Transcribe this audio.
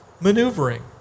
maneuvering